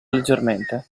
leggermente